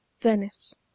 venice